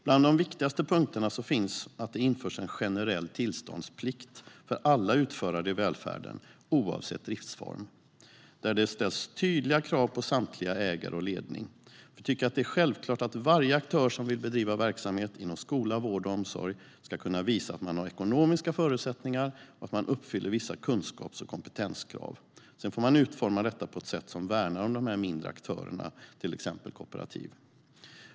Bland de viktigaste punkterna finns införandet av en generell tillståndsplikt för alla utförare i välfärden oavsett driftsform, där det ställs tydliga krav på samtliga ägare och ledning. Vi tycker att det är självklart att varje aktör som vill bedriva verksamhet inom skola, vård och omsorg ska kunna visa att man har ekonomiska förutsättningar och uppfyller vissa kunskaps och kompetenskrav. Sedan får man utforma detta på ett sätt som värnar om de mindre aktörerna, till exempel kooperativ.